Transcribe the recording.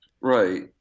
Right